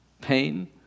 pain